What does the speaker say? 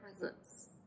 presence